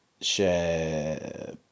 Share